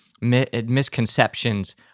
misconceptions